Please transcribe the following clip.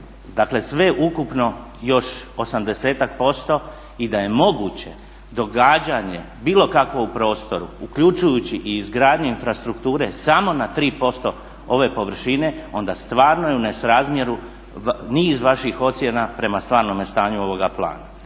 osamdesetak posto i da je moguće događanje bilo kakvo u prostoru uključujući i izgradnju infrastrukture samo na 3% ove površine onda stvarno je u nesrazmjeru niz vaših ocjena prema stvarnome stanju ovoga plana.